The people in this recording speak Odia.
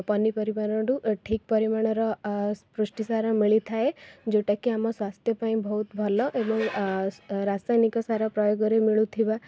ପନିପରିବା ର ଠୁଁ ଠିକ୍ ପରିମାଣର ଅ ପୁଷ୍ଟିସାର ମିଳିଥାଏ ଯେଉଁଟାକି ଆମ ସ୍ୱାସ୍ଥ୍ୟପାଇଁ ବହୁତ ଭଲ ଏବଂ ଅ ରାସାୟନିକସାର ପ୍ରୟୋଗରେ ମିଳୁଥିବା